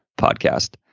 podcast